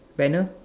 banner